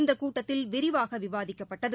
இந்த கூட்டத்தில் விரிவாக விவாதிக்கப்பட்டது